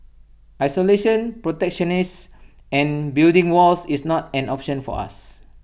isolation protectionism and building walls is not an option for us